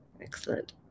Excellent